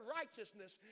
righteousness